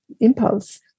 impulse